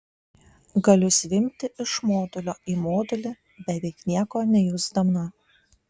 galiu zvimbti iš modulio į modulį beveik nieko nejusdama